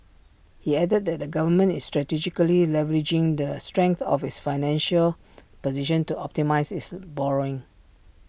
he added that the government is strategically leveraging the strength of its financial position to optimise its borrowing